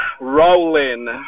rolling